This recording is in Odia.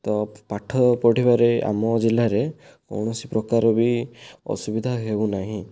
ତ ପାଠ ପଢ଼ିବାରେ ଆମ ଜିଲ୍ଲାରେ କୌଣସି ପ୍ରକାର ବି ଅସୁବିଧା ହେଉ ନାହିଁ